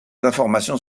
informations